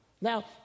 Now